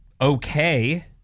okay